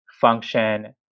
function